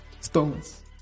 stones